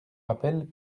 rappelle